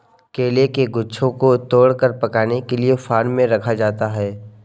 केले के गुच्छों को तोड़कर पकाने के लिए फार्म में रखा जाता है